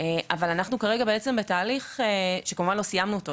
אבל אנחנו כרגע בעצם בתהליך שכמובן לא סיימנו אותו,